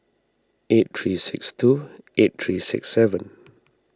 eight three six two eight three six seven